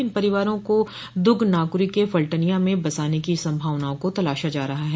इन परिवारों को द्ग नाकरी के फल्टनियां में बसाने की संभावाओं को तलाशा जा रहा है